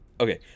Okay